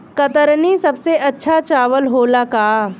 कतरनी सबसे अच्छा चावल होला का?